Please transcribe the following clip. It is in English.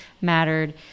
mattered